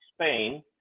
Spain